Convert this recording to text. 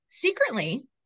Secretly